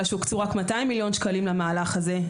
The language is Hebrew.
שהוקצו רק 200 מיליון שקלים למהלך הזה,